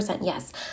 yes